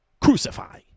Crucify